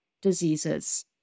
diseases